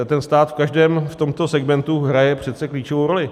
Ten stát v každém tomto segmentu hraje přece klíčovou roli.